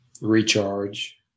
recharge